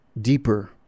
deeper